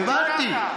זה הרב שמואל אליהו.